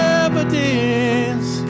evidence